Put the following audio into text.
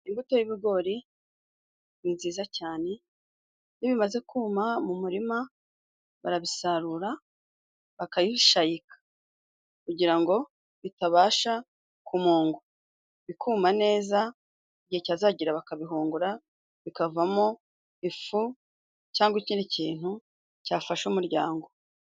Imbuto y'ibigori ni nziza cyane nibimaze kuma mu murima barabisarura bakayishayika kugirango bitabasha kumungwa bikuma neza igihe cyazagera bakabihungura bikavamo ifu cyangwa ikindi kintu cyafasha umuryango.